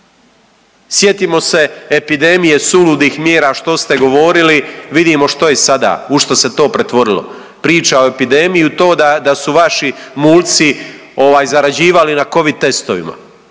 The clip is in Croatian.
Sjetimo se epidemije suludih mjera što ste govorili, vidimo što je i sada, u što se to pretvorilo. Priča o epidemiji i to da su vaši mulci zarađivali na covid testovima.